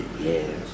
yes